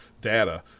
data